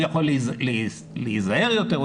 הוא יכול להיזהר יותר.